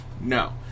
No